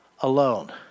alone